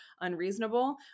unreasonable